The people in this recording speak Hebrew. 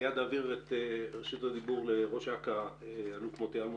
מיד אעביר את רשות הדיבור לראש אכ"א האלוף מוטי אלמוז,